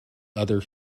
other